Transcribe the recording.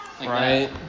right